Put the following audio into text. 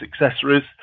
accessories